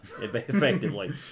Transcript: effectively